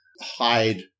hide